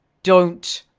don't.